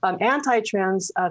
anti-trans